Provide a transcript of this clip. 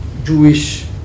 Jewish